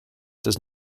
does